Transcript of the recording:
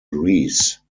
greece